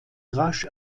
rasch